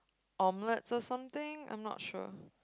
omelette or something I'm not sure